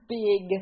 big